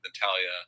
Natalia